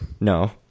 No